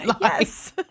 Yes